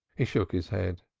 he shook his head.